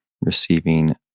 receiving